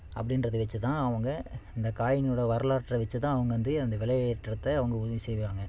அப்படின்றது வச்சி தான் அவங்க இந்த காயின்களை வரலாற்றை வச்சி தான் அவங்க வந்து அந்த விலையேற்றத்தை அவங்க உறுதி செய்கிறாங்க